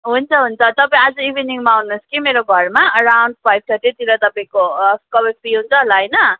हुन्छ हुन्छ तपाईँ आज इभिनिङमा आउनुहोस् कि मेरो घरमा एलङ फाइभ थट्टीतिर तपाईँको तपाईँ फ्री हुन्छ होला होइन